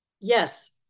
Yes